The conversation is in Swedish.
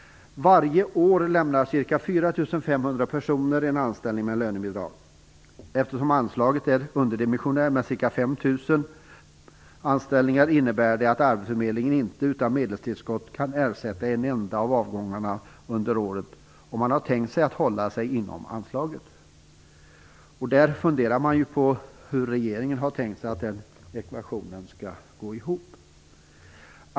Varje år lämnar ca 4 500 personer en anställning med lönebidrag. Eftersom anslaget är underdimensionerat med ca 5 000 anställningar innebär det att arbetsförmedlingen inte utan medelstillskott kan ersätta en enda av avgångarna under året, om man har tänkt sig att hålla sig inom anslaget. Man funderar ju över hur regeringen har tänkt sig att den ekvationen skall gå ihop.